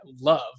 love